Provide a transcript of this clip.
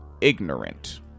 ignorant